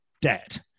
debt